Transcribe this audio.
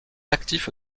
actif